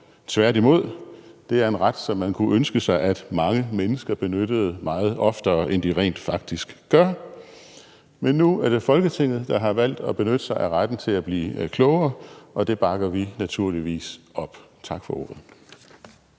tværtimod. Det er en ret, som man kunne ønske sig at mange mennesker benyttede meget oftere, end de rent faktisk gør. Men nu er det Folketinget, der har valgt at benytte sig af retten til at blive klogere, og det bakker vi naturligvis op. Tak for ordet.